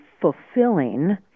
fulfilling